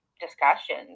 discussion